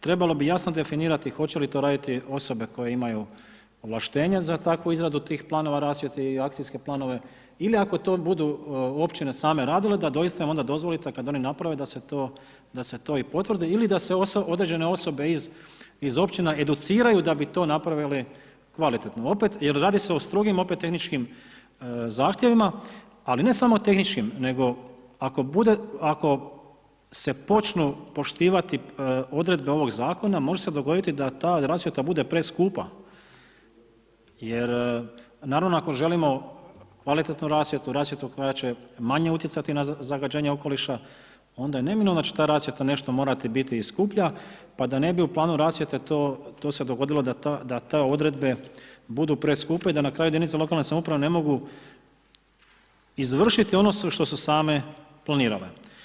Trebalo bi jasno definirati hoće li to raditi osobe koje imaju ovlaštenje za takvu izradu tih planova rasvjete i akcijske planove ili ako to budu općine same radile, da doista onda dozvolite kad oni naprave da se to i potvrdi ili da se određene osobe iz općina educiraju da bi to napravili kvalitetno opet jer radi se o strogim opet tehničkim zahtjevima, ali ne samo tehničkim, nego ako bude, ako se počnu poštivati odredbe ovog Zakona može se dogoditi da ta rasvjeta bude preskupa jer naravno ako želimo kvalitetnu rasvjetu, rasvjetu koja će manje utjecati na zagađenje okoliša, onda je neminovno da će ta rasvjeta nešto morati biti i skuplja, pa da ne bi u planu rasvjete to se dogodilo da te odredbe budu preskupe i da na kraju jedinice lokalne samouprave ne mogu izvršiti ono što su same planirale.